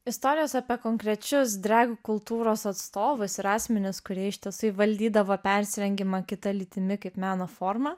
istorijos apie konkrečius drag kultūros atstovus ir asmenys kurie iš tiesų įvaldydavo persirengimą kita lytimi kaip meno formą